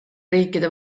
riikide